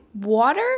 water